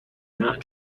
not